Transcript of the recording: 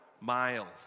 miles